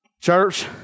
Church